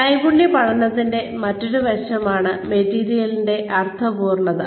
നൈപുണ്യ പഠനത്തിന്റെ മറ്റൊരു വശമാണ് മെറ്റീരിയലിന്റെ അർത്ഥപൂർണത